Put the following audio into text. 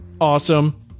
awesome